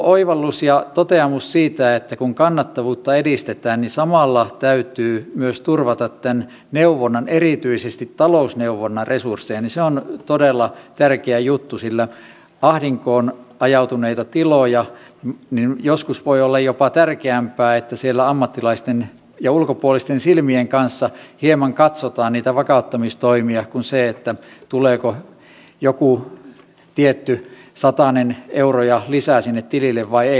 oivallus ja toteamus siitä että kun kannattavuutta edistetään niin samalla täytyy myös turvata neuvonnan erityisesti talousneuvonnan resursseja on todella tärkeä juttu sillä ahdinkoon ajautuneilla tiloilla joskus voi olla jopa tärkeämpää se että siellä ammattilaisten ja ulkopuolisten silmien kanssa hieman katsotaan niitä vakauttamistoimia kuin se tuleeko joku tietty satanen euroja lisää sinne tilille vai ei